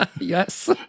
Yes